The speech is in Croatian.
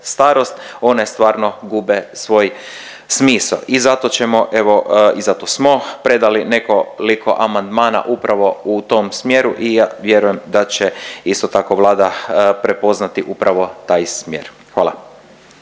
one stvarno gube svoj smisao. I zato ćemo evo i zato smo predali nekoliko amandmana upravo u tom smjeru i ja vjerujem da će isto tako Vlada prepoznati upravo taj smjer. Hvala.